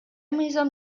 мыйзам